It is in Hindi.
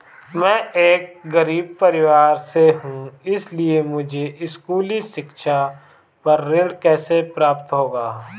मैं एक गरीब परिवार से हूं इसलिए मुझे स्कूली शिक्षा पर ऋण कैसे प्राप्त होगा?